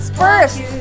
first